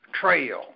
Trail